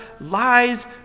lies